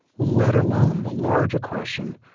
let alone the larger question,